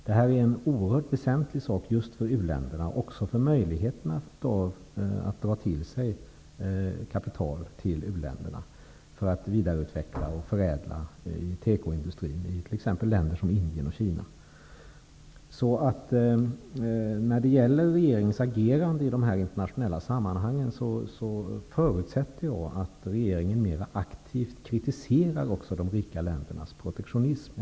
Det är oerhört väsentligt för uländerna och för deras möjligheter att knyta till sig kapital för vidareutveckling och förädling av tekoindustrin. Det gäller t.ex. länder som Indien och Kina. När det gäller regeringens agerande i de här internationella sammanhangen förutsätter jag att regeringen mera aktivt kritiserar också de rika ländernas protektionism.